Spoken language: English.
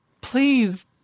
Please